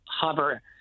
hover